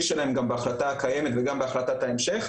שלהם גם בהחלטה הקיימת וגם בהחלטת ההמשך.